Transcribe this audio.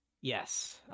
Yes